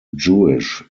jewish